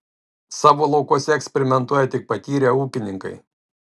savo laukuose eksperimentuoja tik patyrę ūkininkai